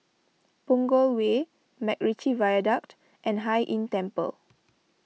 Punggol Way MacRitchie Viaduct and Hai Inn Temple